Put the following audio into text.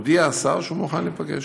השר מודיע שהוא מוכן להיפגש.